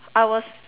I was